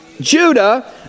Judah